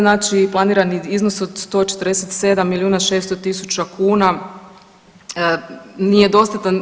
Znači planirani iznos od 147 milijuna 600 tisuća kuna nije dostatan.